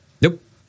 Nope